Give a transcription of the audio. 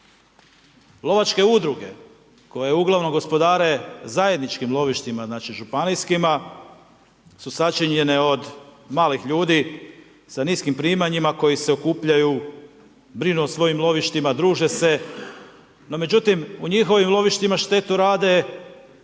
Lovačke udruge koje uglavnom gospodare zajedničkim lovištima, znači, županijskima, su sačinjene od malih ljudi sa niskim primanjima koji se okupljaju, brinu o svojim lovištima, druže se. No međutim, u njihovim lovištima štetu radi